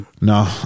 No